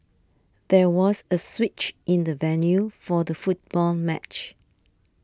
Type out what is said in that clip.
there was a switch in the venue for the football match